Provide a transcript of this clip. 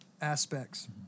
aspects